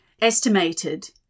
estimated